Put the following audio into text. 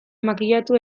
makillatu